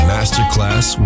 Masterclass